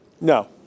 No